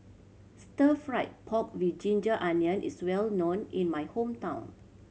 stir fried pork with ginger onion is well known in my hometown